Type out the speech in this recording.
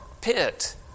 pit